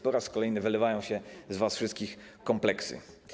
Po raz kolejny wylewają się z was wszystkich kompleksy.